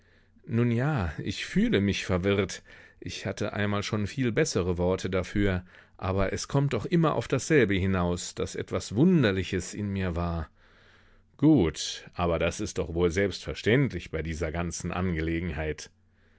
nun ja ich fühle mich verwirrt ich hatte einmal schon viel bessere worte dafür aber es kommt doch immer auf dasselbe hinaus daß etwas wunderliches in mir war gut aber das ist doch wohl selbstverständlich bei dieser ganzen angelegenheit